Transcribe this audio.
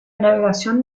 navegación